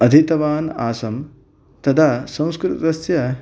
अधीतवान् आसं तदा संस्कृतस्य